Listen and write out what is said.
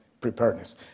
preparedness